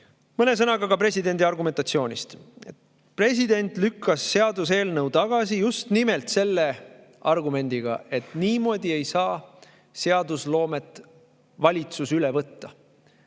sõnaga ka presidendi argumentatsioonist. President lükkas seaduseelnõu tagasi just nimelt selle argumendiga, et niimoodi ei saa valitsus seadusloomet üle võtta.